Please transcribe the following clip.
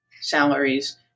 salaries